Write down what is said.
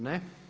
Ne.